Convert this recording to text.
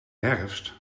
herfst